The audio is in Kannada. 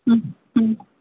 ಹ್ಞೂ ಹ್ಞೂ